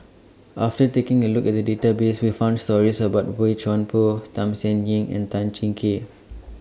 after taking A Look At The Database We found stories about Boey Chuan Poh Tham Sien Yen and Tan Cheng Kee